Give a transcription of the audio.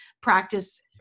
practice